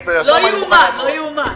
לא יאומן, לא יאומן.